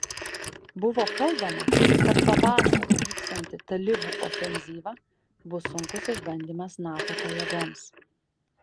buvo kalbama kad pavasarį vyksianti talibų ofenzyva bus sunkus išbandymas nato pajėgoms